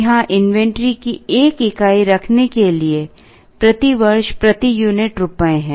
यहां इन्वेंट्री की एक इकाई रखने के लिए प्रति वर्ष प्रति यूनिट रुपये है